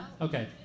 Okay